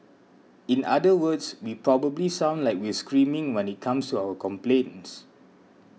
in other words we probably sound like we're screaming when it comes to our complaints